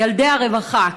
ילדי הרווחה.